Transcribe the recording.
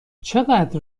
چقدر